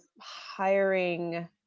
hiring